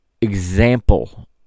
example